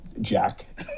Jack